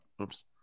Oops